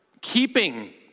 keeping